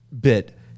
bit